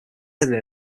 heading